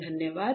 धन्यवाद